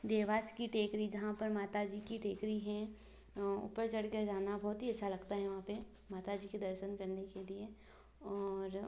देवास कि टेकरी जहाँ पर माता जी की टेकरी हें ऊपर चढ़ कर जाना बहुत ही अच्छा लगता हैं वहाँ पर माता जी के दर्शन करने के लिए और